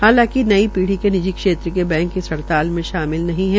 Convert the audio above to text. हालांकि नई पीढ़ी के निजी क्षेत्र के बैंक इस हड़ताल में शामिल नहीं हैं